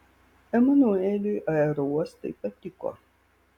emanueliui aerouostai patiko